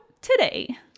today